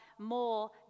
more